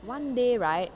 one day right